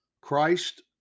Christ